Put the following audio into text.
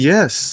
Yes